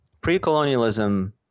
Pre-colonialism